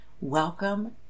Welcome